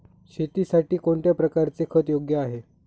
शेतीसाठी कोणत्या प्रकारचे खत योग्य आहे?